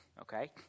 okay